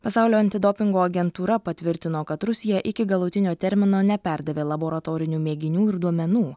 pasaulio antidopingo agentūra patvirtino kad rusija iki galutinio termino neperdavė laboratorinių mėginių ir duomenų